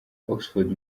oxford